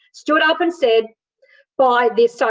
stood up and said buy this site.